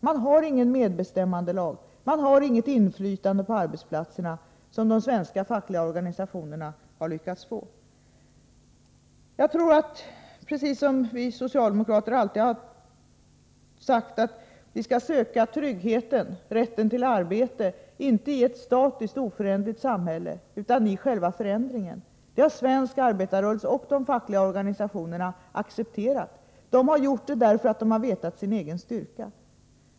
Man har ingen medbestämmandelag, man har inget inflytande på arbetsplatserna, som de svenska fackliga organisationerna har lyckats få. Vi socialdemokrater har alltid sagt att vi skall söka tryggheten, rätten till arbete, inte i ett statiskt, oföränderligt samhälle utan i själva förändringen. Det har svensk arbetarrörelse och de fackliga organisationerna accepterat. De har gjort det därför att de har vetat sin egen styrka.